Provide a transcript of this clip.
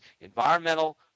environmental